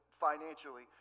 financially